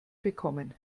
bekommen